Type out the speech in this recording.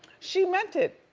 she meant it.